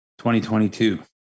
2022